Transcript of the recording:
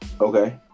Okay